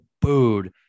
booed